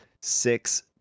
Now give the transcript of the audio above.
six